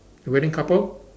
the wedding couple